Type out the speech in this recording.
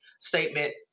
statement